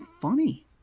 funny